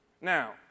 Now